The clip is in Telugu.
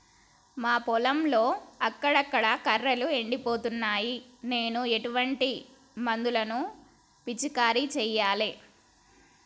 మా పొలంలో అక్కడక్కడ కర్రలు ఎండిపోతున్నాయి నేను ఎటువంటి మందులను పిచికారీ చెయ్యాలే?